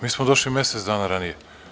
Mi smo došli mesec dana ranije.